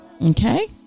okay